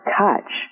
touch